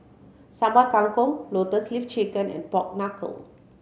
Sambal Kangkong Lotus Leaf Chicken and pork knuckle